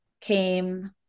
came